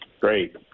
Great